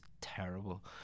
terrible